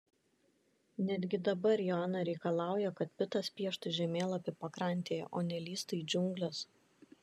netgi dabar joana reikalauja kad pitas pieštų žemėlapį pakrantėje o ne lįstų į džiungles